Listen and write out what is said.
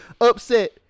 Upset